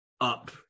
up